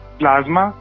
plasma